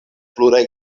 pluraj